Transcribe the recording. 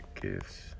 gifts